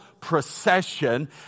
procession